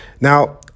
Now